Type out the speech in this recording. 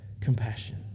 compassion